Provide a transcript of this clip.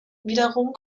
wiederum